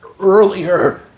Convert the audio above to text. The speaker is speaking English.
earlier